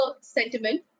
sentiment